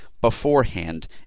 beforehand